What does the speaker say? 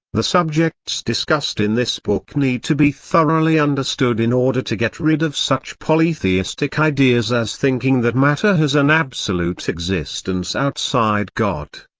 the subjects discussed in this book need to be thoroughly understood in order to get rid of such polytheistic ideas as thinking that matter has an absolute existence outside god,